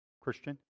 Christian